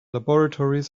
laboratories